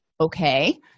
Okay